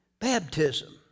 baptism